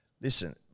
Listen